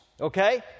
Okay